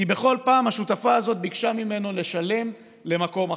כי כל פעם השותפה הזאת ביקשה ממנו לשלם למקום אחר.